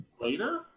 later